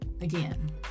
Again